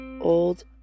old